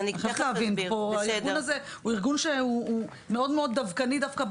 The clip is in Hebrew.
הארגון הזה הוא מאוד דַּוְוקָנִי דווקא.